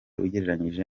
ugereranyije